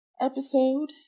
episode